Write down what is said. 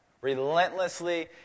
Relentlessly